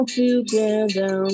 together